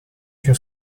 her